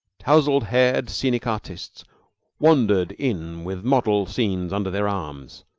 tousled-haired scenic artists wandered in with model scenes under their arms.